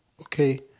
Okay